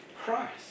Christ